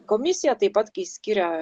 komisija taip pat kai skiria